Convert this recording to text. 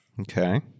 Okay